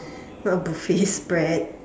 not a buffet spread